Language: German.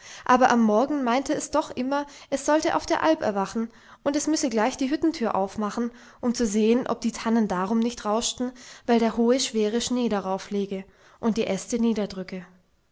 aber am morgen meinte es doch immer es sollte auf der alp erwachen und es müsse gleich die hüttentür aufmachen um zu sehen ob die tannen darum nicht rauschten weil der hohe schwere schnee darauf liege und die äste niederdrücke